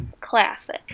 Classic